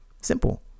Simple